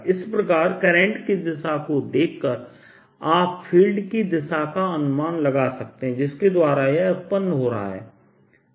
इस प्रकार करंट की दिशा को देखकर आप फील्ड की दिशा का अनुमान लगा सकते हैं जिसके द्वारा यह उत्पन्न हो रहा है